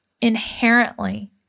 inherently